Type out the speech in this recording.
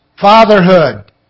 Fatherhood